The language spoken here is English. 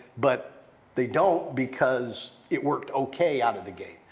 but they don't because it worked okay out of the gate.